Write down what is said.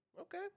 okay